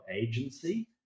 agency